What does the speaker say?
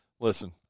listen